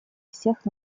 всех